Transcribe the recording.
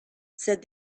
said